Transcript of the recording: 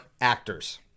actors